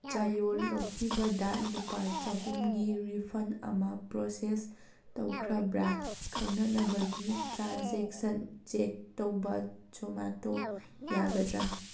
ꯆꯌꯣꯜ ꯂꯧꯏꯈꯤꯕꯗ ꯂꯨꯄꯥ ꯆꯥꯍꯨꯝꯒꯤ ꯔꯤꯐꯟ ꯑꯃ ꯄ꯭ꯔꯣꯁꯦꯁ ꯇꯧꯈ꯭ꯔꯕ꯭ꯔꯥ ꯈꯪꯅꯅꯕꯒꯤ ꯇ꯭ꯔꯥꯟꯖꯦꯛꯁꯟ ꯆꯦꯛ ꯇꯧꯕ ꯖꯣꯃꯥꯇꯣ ꯌꯥꯒꯗ꯭ꯔꯥ